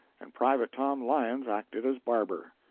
and private tom lyons acted as barber.